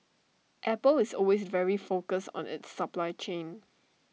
Apple is always very focused on its supply chain